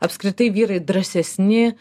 apskritai vyrai drąsesni